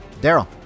Daryl